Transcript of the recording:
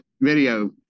video